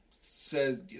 says